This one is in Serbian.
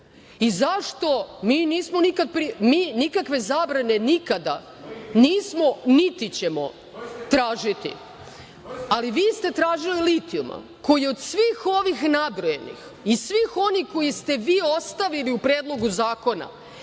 pričali, mi nikakve zabrane nikada nismo niti ćemo tražiti, ali vi ste tražili litijum koji od svih ovih nabrojanih i svih onih koje ste vi ostavili u Predlogu zakona